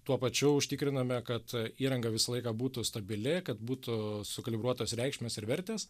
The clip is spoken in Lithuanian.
tuo pačiu užtikriname kad įranga visą laiką būtų stabili kad būtų sukalibruotos reikšmes ir vertės